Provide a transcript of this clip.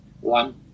One